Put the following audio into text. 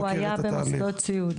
הוא היה במוסדות סיעוד.